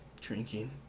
Drinking